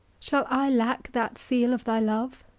shall i lack that seal of thy love?